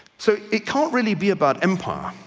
so it can't really be about empire,